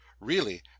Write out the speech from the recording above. Really